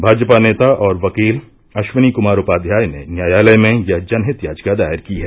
भाजपा नेता और वकील अश्विनी कुमार उपाध्याय ने न्यायालय में यह जनहित याचिका दायर की है